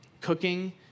cooking